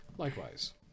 Likewise